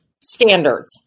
standards